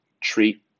treat